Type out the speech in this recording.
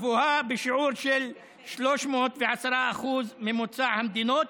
גבוהה בשיעור של 310% מהממוצע במדינות